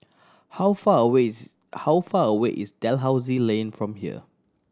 how far away is how far away is Dalhousie Lane from here